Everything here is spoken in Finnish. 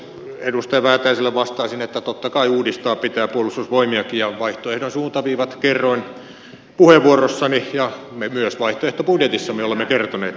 edustaja väätäiselle vastaisin että totta kai uudistaa pitää puolustusvoimiakin ja vaihtoehdon suuntaviivat kerroin puheenvuorossani ja me myös vaihtoehtobudjetissamme olemme kertoneet näistä